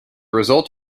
result